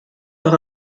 par